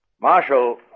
Marshal